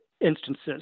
instances